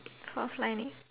fourth line